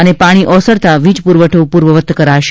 અને પાણી ઓસરતા વીજ પુરવઠો પુર્વવત કરાશે